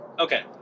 Okay